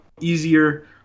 easier